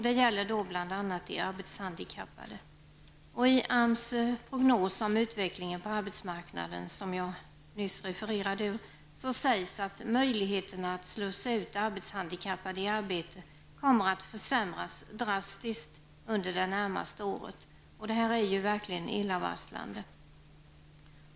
Det gäller bl.a. de arbetshandikappade. I arbetsmarknadsstyrelsens prognoser om utvecklingen på arbetsmarknaden, som jag nyss refererade ur, sägs att möjligheterna att slussa ut arbetshandikappade i arbete kommer att försämras drastiskt under det närmaste året. Det är verkligen illavarslande.